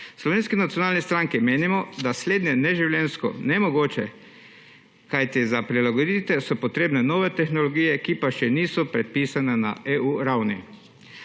Slovenski nacionalni stranki menimo, da je slednje neživljenjsko, nemogoče, kajti za prilagoditev so potrebne nove tehnologije, ki pa še niso predpisane na EU ravni.